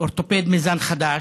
אורתופד מזן חדש,